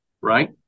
Right